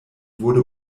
wurde